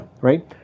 right